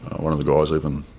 one of the guys even,